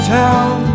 town